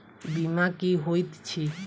बीमा की होइत छी?